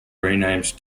renamed